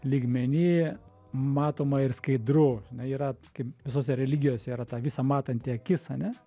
lygmeny matoma ir skaidru yra kaip visose religijose yra ta visa matanti akis ane